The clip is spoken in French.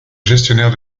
gestionnaire